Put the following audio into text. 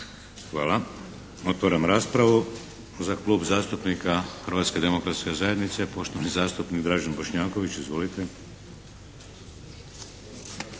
Hvala. Otvaram raspravu. Za klub zastupnik Hrvatske demokratske zajednice, poštovani zastupnik Dražen Bošnjaković. Izvolite.